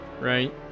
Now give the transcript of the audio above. right